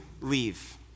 leave